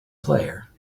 player